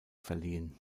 verliehen